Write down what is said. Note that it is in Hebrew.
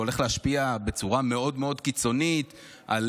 והולך להשפיע בצורה מאוד מאוד קיצונית על